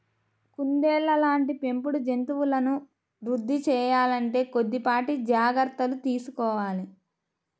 కుందేళ్ళ లాంటి పెంపుడు జంతువులను వృద్ధి సేయాలంటే కొద్దిపాటి జాగర్తలు తీసుకోవాలి